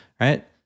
right